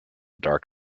dark